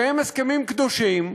שהם הסכמים קדושים,